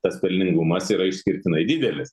tas pelningumas yra išskirtinai didelis